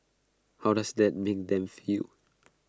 how does that mean them feel